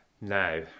Now